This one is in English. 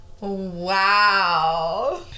Wow